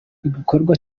igikorwa